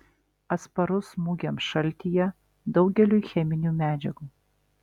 atsparus smūgiams šaltyje daugeliui cheminių medžiagų